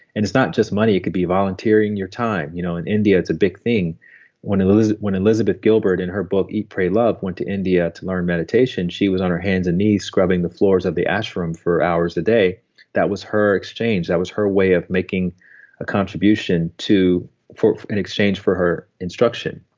it's not just money. it could be volunteering your time. you know in india it's a big thing when elizabeth when elizabeth gilbert in her book eat, pray, love, went to india to learn meditation she was on her hands and knees scrubbing the floors of the ash room for hours a day that was her exchange. that was her way of making a contribution in exchange for her instruction.